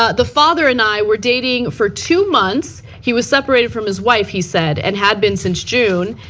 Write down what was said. ah the father and i were dating for two months, he was separated from his wife he said, and had been since june.